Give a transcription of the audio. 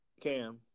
Cam